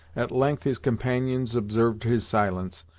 at length his companions observed his silence,